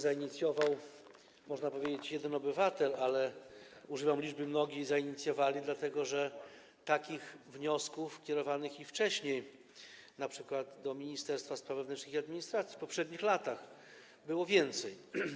Zainicjował to, można powiedzieć, jeden obywatel, ale używam liczby mnogiej: zainicjowali, dlatego że takich wniosków kierowanych wcześniej np. do Ministerstwa Spraw Wewnętrznych i Administracji w poprzednich latach było więcej.